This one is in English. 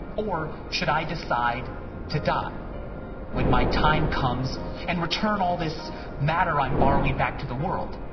or should i decide to die when my time comes and return all this matter i'm borrowing back to the world?